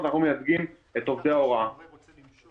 אני חושב שזה דבר טוב לתת לאזרחים עוד אפשרות לעזור במצוקה,